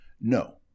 No